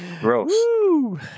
Gross